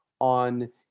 on